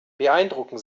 beeindrucken